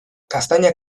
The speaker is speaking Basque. gaztaina